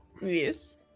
Yes